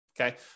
Okay